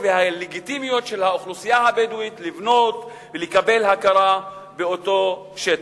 והלגיטימיות של האוכלוסייה הבדואית לבנות ולקבל הכרה באותו שטח.